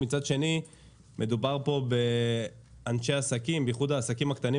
לבין אנשי העסקים,